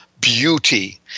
beauty